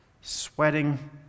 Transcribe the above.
sweating